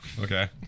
Okay